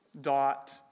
dot